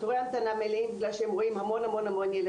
התורים מלאים כי הם רואים המון ילדים.